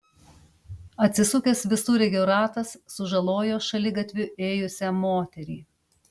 atsisukęs visureigio ratas sužalojo šaligatviu ėjusią moterį